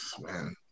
Man